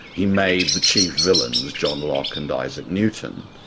he made the chief villains john locke and isaac newton,